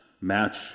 match